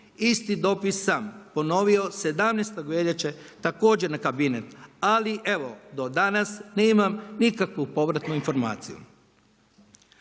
Isti dopis sam ponovio 17. veljače također na kabinet ali evo do danas nemam nikakvu povratnu informaciju.